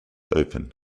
open